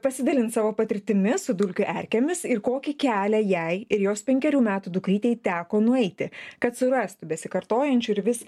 pasidalins savo patirtimi su dulkių erkėmis ir kokį kelią jai ir jos penkerių metų dukrytei teko nueiti kad surastų besikartojančių ir vis